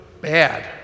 bad